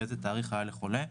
באיזה תאריך היה לחולה.